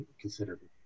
considerably